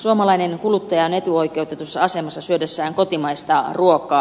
suomalainen kuluttaja on etuoikeutetussa asemassa syödessään kotimaista ruokaa